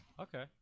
Okay